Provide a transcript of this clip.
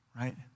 right